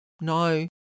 No